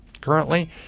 currently